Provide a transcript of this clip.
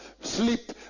sleep